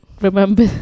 remember